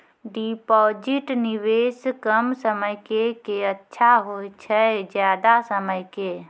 Deposit निवेश कम समय के के अच्छा होय छै ज्यादा समय के?